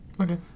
Okay